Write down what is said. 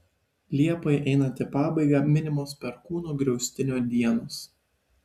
liepai einant į pabaigą minimos perkūno griaustinio dienos